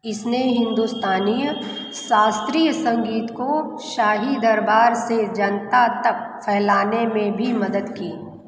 इसने हिंदुस्तानी शास्त्रीय संगीत को शाही दरबार से जनता तक फैलाने में भी मदद की